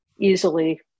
easily